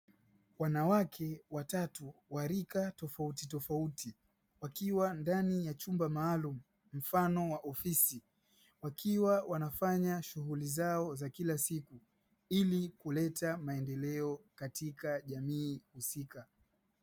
Wanawake watatu wa rika tofautitofauti wakiwa ndani ya chumba maalumu, mfano wa ofisi wakiwa wanafanya shughuli zao za kila siku ili kuleta maendeleo katika jamii husika.